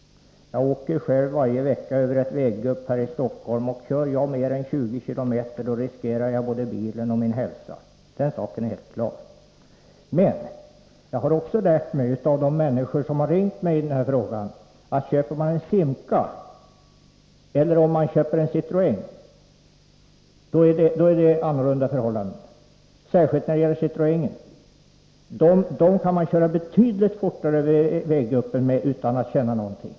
Jag åker själv varje vecka över ett väggupp här i Stockholm, och kör jag fortare än 20 km/tim. riskerar jag både bilen och min hälsa — den saken är helt klar. Men jag har också lärt mig av de människor som har ringt mig i den här frågan; det har påståtts att kör man en Simca eller en Citroén, då är det annorlunda förhållanden — särskilt när det gäller Citroén. Med dessa bilar lär man kunna köra betydligt fortare över vägguppen utan att känna någonting.